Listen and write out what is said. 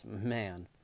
man